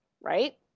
right